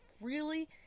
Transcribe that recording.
freely